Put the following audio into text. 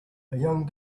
young